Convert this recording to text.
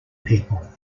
people